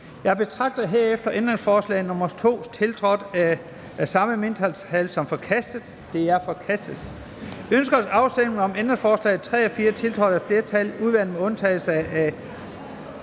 Jeg betragter herefter ændringsforslag nr. 2, tiltrådt af de samme mindretal, som forkastet. Det er forkastet. Ønskes afstemning om ændringsforslag nr. 3 og 4, tiltrådt af et flertal (udvalget med undtagelse af